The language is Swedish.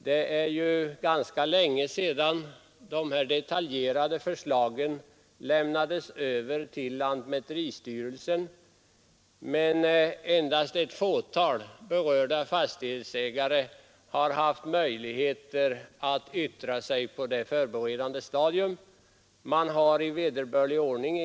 Det är ju ganska länge sedan de detaljerade förslagen lämnades över till lantmäteristyrelsen, men endast ett fåtal berörda fastighetsägare har haft möjligheter att yttra sig på det förberedande stadiet.